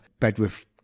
Bedworth